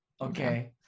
okay